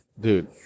Dude